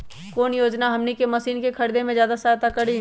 कौन योजना हमनी के मशीन के खरीद में ज्यादा सहायता करी?